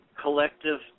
collective